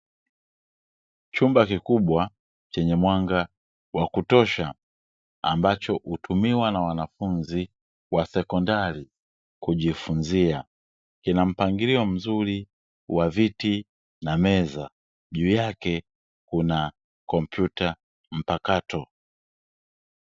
Chumba kikubwa chenye mwanga wa kutosha ambacho hutumiwa na wanafunzi wa sekondari kujifunzia, kina mpangilio mzuri wa viti na meza juu yake kuna kompyuta mpakato.